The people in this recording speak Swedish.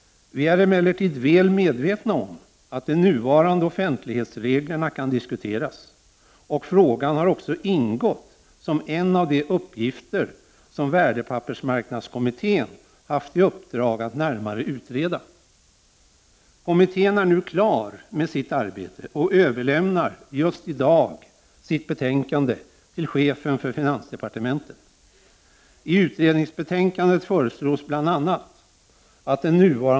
Vi är emellertid väl medvetna om att de nuvarande offentlighetsreglerna kan diskuteras, och frågan har också ingått som en av de uppgifter som värdepappersmarknadskommittén haft i uppdrag att närmare utreda. Kommittén är nu klar med sitt arbete och överlämnar just i dag sitt betänkande till chefen för finansdepartementet.